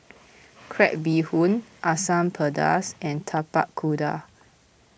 Crab Bee Hoon Asam Pedas and Tapak Kuda